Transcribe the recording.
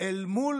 אל מול